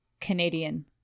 Canadian